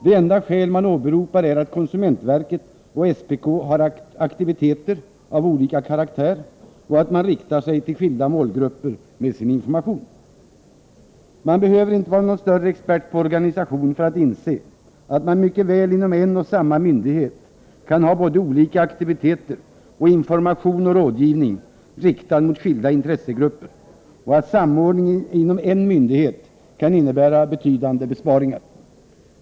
Det enda skäl man åberopar är att konsumentverket och SPK har aktiviteter av olika karaktär och riktar sig till skilda målgrupper med sin information. Man behöver inte vara någon större expert på organisation för att inse, att det mycket väl inom en och samma myndighet kan förekomma olika aktiviteter och information och rådgivning, riktad mot skilda intressegrupper, och att samordning inom en myndighet kan innebära betydande besparingar.